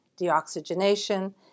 deoxygenation